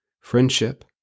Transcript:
friendship